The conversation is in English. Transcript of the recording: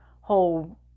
whole